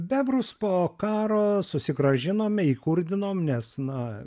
bebrus po karo susigrąžinome įkurdinom nes na